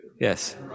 yes